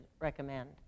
recommend